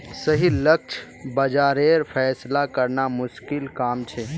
सही लक्ष्य बाज़ारेर फैसला करना मुश्किल काम छे